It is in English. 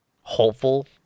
hopeful